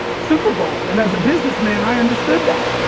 super bowl. and as a businessman, i understood that.